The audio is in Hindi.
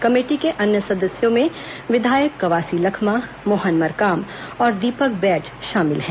कमेटी के अन्य सदस्यों में विधायक कवासी लखमा मोहन मरकाम और दीपक बैज शामिल हैं